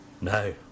No